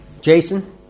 Jason